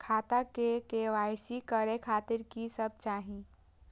खाता के के.वाई.सी करे खातिर की सब चाही?